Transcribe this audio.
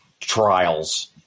trials